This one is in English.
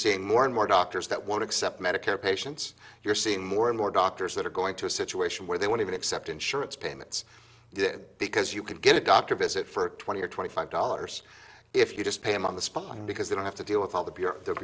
seeing more and more doctors that won't accept medicare patients you're seeing more and more doctors that are going to a situation where they want even accept insurance payments did because you could get a doctor visit for twenty or twenty five dollars if you just pay them on the spot because they don't have to deal with all the